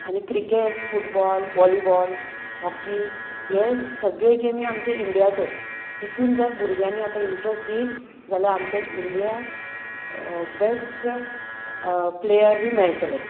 आनी cricket football volleyball hockey हे सगळे गेमी आमचे इंडियाचे तितून जर भुरग्यांनी आतां इंट्रस्ट दीत जाल्यार आमच्या इंडियाक बेस्ट प्लेयर बी मेळटले